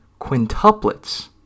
quintuplets